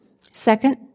Second